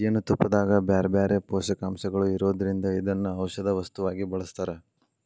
ಜೇನುತುಪ್ಪದಾಗ ಬ್ಯಾರ್ಬ್ಯಾರೇ ಪೋಷಕಾಂಶಗಳು ಇರೋದ್ರಿಂದ ಇದನ್ನ ಔಷದ ವಸ್ತುವಾಗಿ ಬಳಸ್ತಾರ